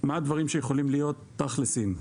הדברים שיכולים להיות ת'כלסים,